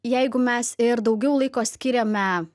jeigu mes ir daugiau laiko skiriame